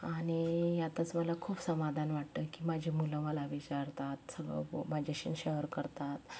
आणि यातच मला खूप समाधान वाटते की माझी मुलं मला विचारतात सगळं माझ्याशी शेअर करतात